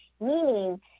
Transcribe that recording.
meaning